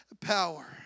power